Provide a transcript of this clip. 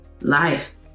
life